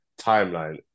timeline